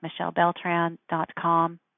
michellebeltran.com